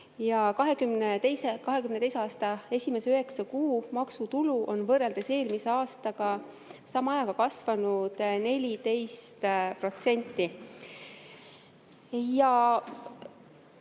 2022. aasta esimese üheksa kuu maksutulu on võrreldes eelmise aasta sama ajaga kasvanud 14%